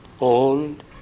old